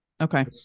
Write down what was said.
Okay